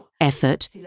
effort